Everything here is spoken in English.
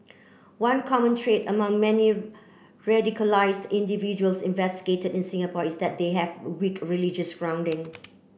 one common trait among many radicalised individuals investigated in Singapore is that they have weak religious grounding